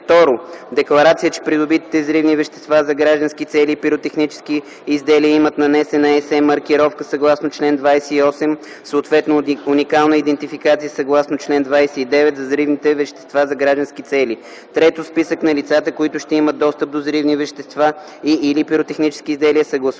2. декларация, че придобитите взривни вещества за граждански цели и пиротехнически изделия имат нанесена „СЕ” маркировка съгласно чл. 28, съответно уникална идентификация съгласно чл. 29 за взривните вещества за граждански цели; 3. списък на лицата, които ще имат достъп до взривни вещества и/или пиротехнически изделия, съгласуван